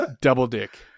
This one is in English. double-dick